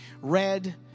red